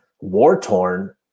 war-torn